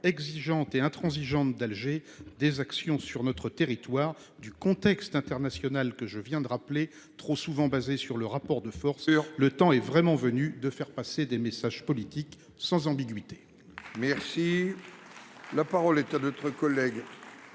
exigeante et intransigeante d'Alger, des actions sur notre territoire, du contexte international que je viens de rappeler, trop souvent basé sur le rapport de force, le temps est vraiment venu de faire passer des messages politiques sans ambiguïté.